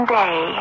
day